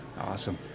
Awesome